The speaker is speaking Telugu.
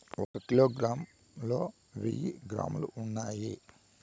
ఒక కిలోగ్రామ్ లో వెయ్యి గ్రాములు ఉన్నాయి